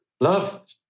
love